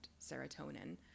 serotonin